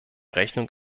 rechnung